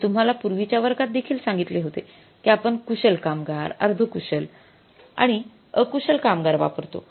मी तुम्हाला पूर्वीच्या वर्गात देखील सांगितले होते की आपण कुशल कामगार अर्धकुशल कामगार आणि अकुशल कामगार वापरतो